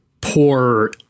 poor